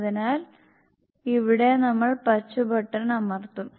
അതിനാൽ ഇവിടെ നമ്മൾ പച്ച ബട്ടൺ അമർത്തും